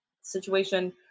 situation